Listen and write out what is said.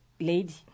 lady